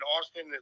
austin